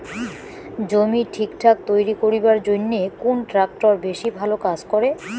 জমি ঠিকঠাক তৈরি করিবার জইন্যে কুন ট্রাক্টর বেশি ভালো কাজ করে?